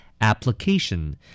Application